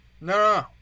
No